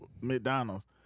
McDonald's